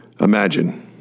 Imagine